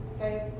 okay